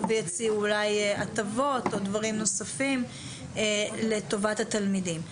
ויציעו אולי הטבות או דברים נוספים לטובת התלמידים.